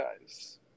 guys